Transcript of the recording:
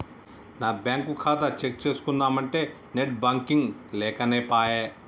నా బ్యేంకు ఖాతా చెక్ చేస్కుందామంటే నెట్ బాంకింగ్ లేకనేపాయె